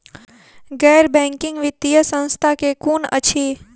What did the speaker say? गैर बैंकिंग वित्तीय संस्था केँ कुन अछि?